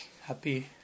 happy